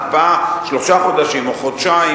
הקפאה שלושה חודשים או חודשיים